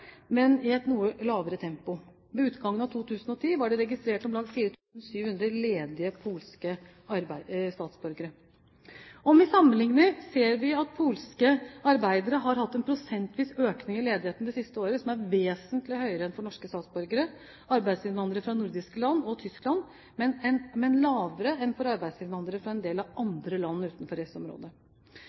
men i et noe lavere tempo. Ved utgangen av 2010 var det registrert om lag 4 700 ledige polske statsborgere. Om vi sammenligner, ser vi at polske arbeidere har hatt en prosentvis økning i ledigheten det siste året som er vesentlig høyere enn for norske statsborgere og arbeidsinnvandrere fra nordiske land og Tyskland, men lavere enn for arbeidsinnvandrere fra en del andre land utenfor